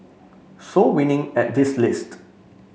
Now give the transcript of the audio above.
so winning at this list